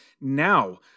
now